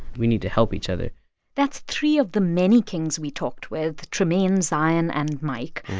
we need to help each other that's three of the many kings we talked with tremaine, zion and mike.